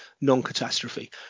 non-catastrophe